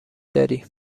داری